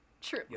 True